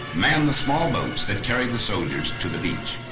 man the small boats that carried the soldiers to the beach.